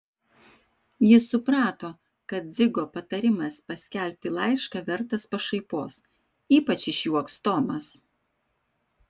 jis suprato kad dzigo patarimas paskelbti laišką vertas pašaipos ypač išjuoks tomas